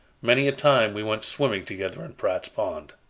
many a time we went swimming together in pratt's pond.